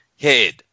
head